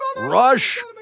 Rush